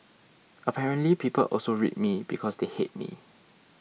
apparently people also read me because they hate me